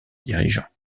dirigeant